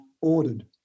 ordered